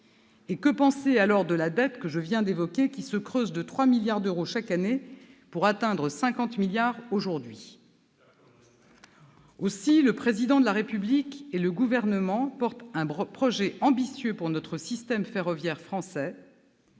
Et que penser alors de la dette que je viens d'évoquer, qui se creuse de 3 milliards d'euros chaque année, pour atteindre 50 milliards d'euros aujourd'hui ? Faire comme en Allemagne ! Aussi, le Président de la République et le Gouvernement portent un projet ambitieux pour notre système ferroviaire français